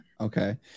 Okay